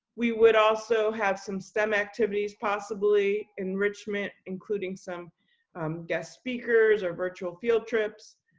we would also have some stem activities, possibly enrichment, including some guest speakers or virtual field trips,